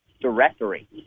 directory